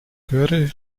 göre